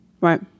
Right